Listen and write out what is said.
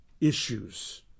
issues